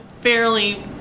fairly